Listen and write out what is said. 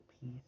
peace